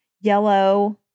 yellow